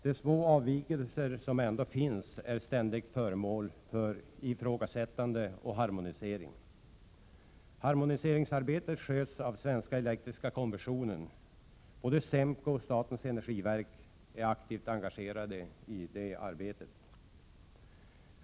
De små avvikelser som ändå finns är ständigt föremål för ifrågasättande och harmonisering. Harmoniseringsarbetet sköts av Svenska elektriska kommissionen. Både SEMKO och statens energiverk är aktivt engagerade i det arbetet.